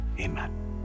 Amen